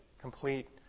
complete